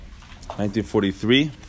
1943